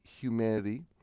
humanity